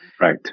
right